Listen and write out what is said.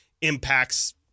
impacts